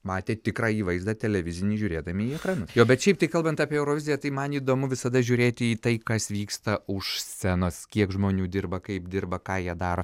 matė tikrąjį vaizdą televizinį žiūrėdami į ekranus jo bet šiaip tai kalbant apie euroviziją tai man įdomu visada žiūrėti į tai kas vyksta už scenos kiek žmonių dirba kaip dirba ką jie daro